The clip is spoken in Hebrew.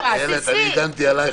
איילת, אני הגנתי עליך קודם.